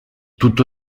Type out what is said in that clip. tutto